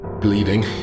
bleeding